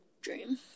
Dream